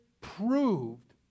proved